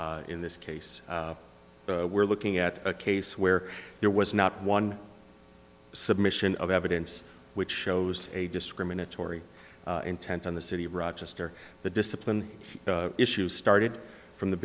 in this case we're looking at a case where there was not one submission of evidence which shows a discriminatory intent on the city of rochester the discipline issue started from the